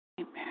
Amen